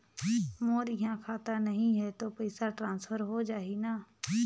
मोर इहां खाता नहीं है तो पइसा ट्रांसफर हो जाही न?